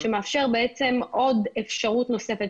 והוא בעצם מאפשר עוד אפשרות נוספת.